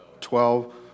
Twelve